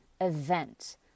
event